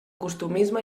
costumisme